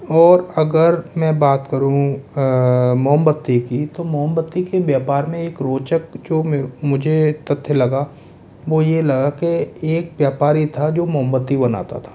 और अगर मैं बात करूँ मोमबत्ती की तो मोमबत्ती के व्यापार में एक रोचक जो मुझे तथ्य लगा वो ये लगा की एक व्यापारी था जो मोमबत्ती बनाता था